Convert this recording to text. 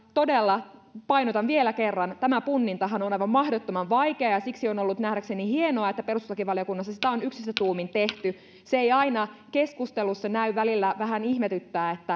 todella painotan vielä kerran että tämä punnintahan on aivan mahdottoman vaikeaa ja siksi on ollut nähdäkseni hienoa että perustuslakivaliokunnassa sitä on yksissä tuumin tehty se ei aina keskustelussa näy vaan välillä vähän ihmetyttää